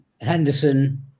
Henderson